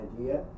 idea